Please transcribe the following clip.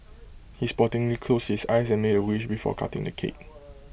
he sportingly closed his eyes and made A wish before cutting the cake